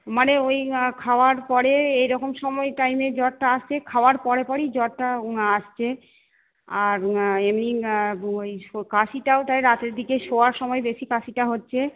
মানে ওই খাওয়ার পরে এই রকম সময় টাইমে জ্বরটা আসছে খাওয়ার পরে পরেই জ্বরটা আসছে আর এমনি ওই কাশিটাও তাই রাতের দিকে শোয়ার সময় বেশি কাশিটা হচ্ছে